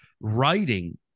writing